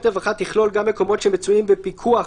רווחה תכלול גם מקומות שמצויים בפיקוח.